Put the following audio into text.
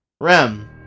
Rem